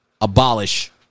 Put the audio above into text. abolish